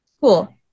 Cool